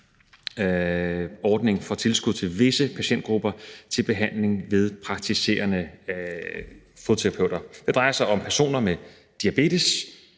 ordning for tilskud til visse patientgrupper til behandling ved praktiserende fodterapeuter. Det drejer sig om personer med diabetes,